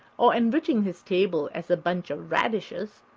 or enriching his table as a bunch of radishes,